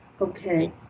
okay